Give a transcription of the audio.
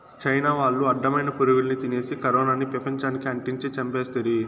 China వాళ్లు అడ్డమైన పురుగుల్ని తినేసి కరోనాని పెపంచానికి అంటించి చంపేస్తిరి